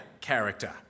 character